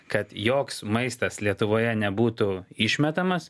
kad joks maistas lietuvoje nebūtų išmetamas